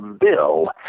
bill